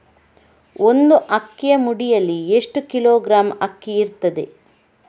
ಒಂದು ಅಕ್ಕಿಯ ಮುಡಿಯಲ್ಲಿ ಎಷ್ಟು ಕಿಲೋಗ್ರಾಂ ಅಕ್ಕಿ ಇರ್ತದೆ?